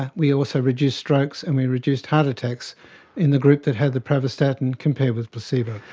and we also reduced strokes and we reduced heart attacks in the group that had the pravastatin compared with placebo.